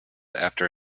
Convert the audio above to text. after